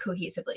cohesively